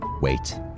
wait